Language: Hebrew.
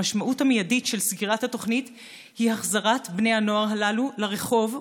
המשמעות המיידית של סגירת התוכנית היא החזרת בני הנוער הללו לרחוב,